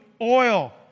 oil